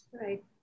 Right